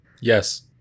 Yes